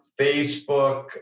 Facebook